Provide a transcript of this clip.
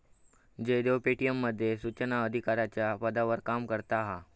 Jaydev Paytm मध्ये सुचना अधिकाराच्या पदावर काम करता हा